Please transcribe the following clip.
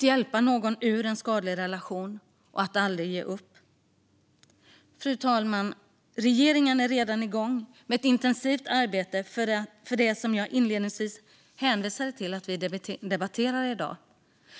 hjälpa någon ut ur en skadlig relation och aldrig ge upp. Fru talman! Regeringen är redan igång med ett intensivt arbete med det som jag inledningsvis hänvisade till att vi debatterar i dag.